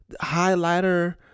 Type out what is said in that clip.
highlighter